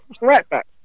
right-back